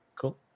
Cool